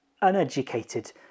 uneducated